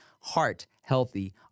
heart-healthy